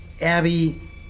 Abby